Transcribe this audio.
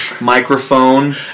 Microphone